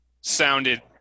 sounded